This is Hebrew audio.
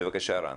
בבקשה, רן.